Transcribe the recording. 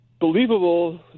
believable